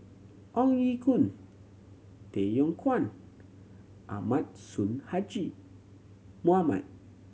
Ong Ye Kung Tay Yong Kwang Ahmad Sonhadji Mohamad